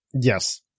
Yes